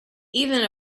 even